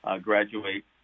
graduate